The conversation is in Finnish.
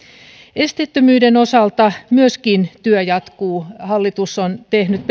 esteettömyyden osalta työ jatkuu hallitus on tehnyt